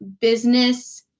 business